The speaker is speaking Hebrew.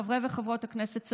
חברי וחברות הכנסת,